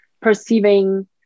perceiving